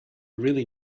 really